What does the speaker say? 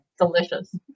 Delicious